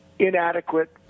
inadequate